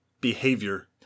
behavior